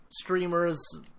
streamers